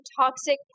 toxic